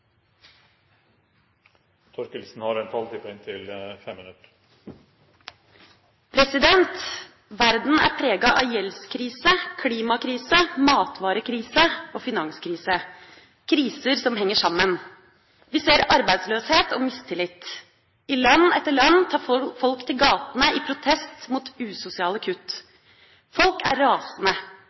av gjeldskrise, klimakrise, matvarekrise og finanskrise. Dette er kriser som henger sammen. Vi ser arbeidsløshet og mistillit. I land etter land tar folk til gatene i protest mot usosiale kutt. Folk er rasende.